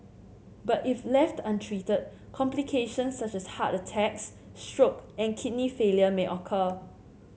but if left untreated complications such as heart attacks stroke and kidney failure may occur